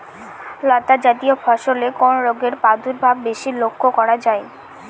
লতাজাতীয় ফসলে কোন রোগের প্রাদুর্ভাব বেশি লক্ষ্য করা যায়?